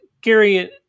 Gary